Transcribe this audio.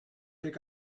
pick